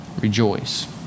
rejoice